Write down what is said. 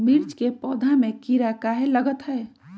मिर्च के पौधा में किरा कहे लगतहै?